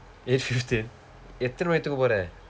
eight fifteen எத்தனை மணிக்கு தூங்க போற:eththanai manikku thuungka poora